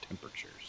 temperatures